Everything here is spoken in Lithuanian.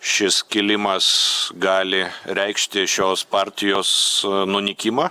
šis skilimas gali reikšti šios partijos nunykimą